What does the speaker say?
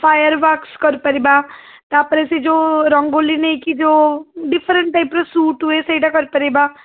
ଓ fireworks କରିପାରିବା ତା'ପରେ ସେ ଯେଉଁ ରଙ୍ଗୋଲି ନେଇକି ଯେଉଁ ଡିଫରେଣ୍ଟ ସୁଟ୍ ହୁଏ ସେଇଟା କରିପାରିବା